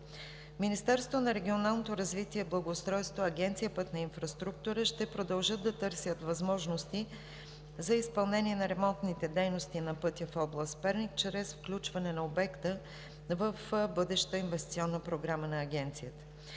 Министерството на регионалното развитие и благоустройството и Агенция „Пътна инфраструктура“ ще продължат да търсят възможности за изпълнение на ремонтните дейности на пътя в област Перник чрез включване на обекта в бъдеща инвестиционна програма на Агенцията.